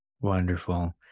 Wonderful